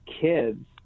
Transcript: kids